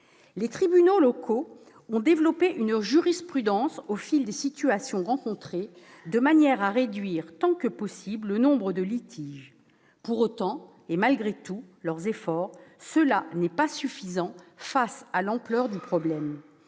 Les tribunaux locaux ont développé une jurisprudence au fil des situations rencontrées de manière à réduire autant que possible le nombre de litiges. Pour autant, et malgré tous leurs efforts, ce n'est pas suffisant face à l'ampleur du problème.